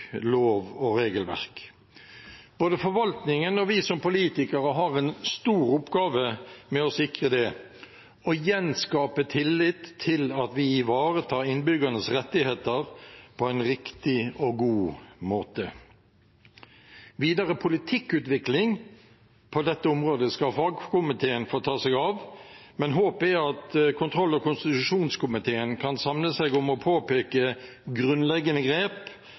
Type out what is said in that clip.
lov- og regelverk. Både forvaltningen og vi som politikere har en stor oppgave med sikre det og gjenskape tillit til at vi ivaretar innbyggernes rettigheter på en riktig og god måte. Videre politikkutvikling på dette området skal fagkomiteen få ta seg av, men håpet er at kontroll- og konstitusjonskomiteen kan samle seg om å påpeke grunnleggende grep